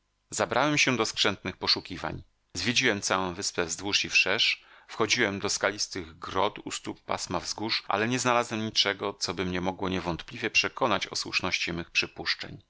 zabrałem się do skrzętnych poszukiwań zwiedziłem całą wyspę wzdłuż i wszerz wchodziłem do skalistych grot u stóp pasma wzgórz ale nie znalazłem niczego coby mnie mogło niewątpliwie przekonać o słuszności